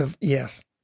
Yes